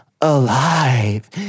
alive